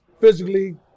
physically